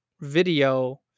video